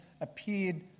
appeared